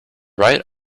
right